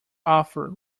author